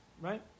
right